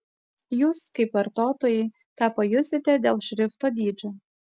jūs kaip vartotojai tą pajusite dėl šrifto dydžio